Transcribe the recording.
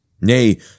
Nay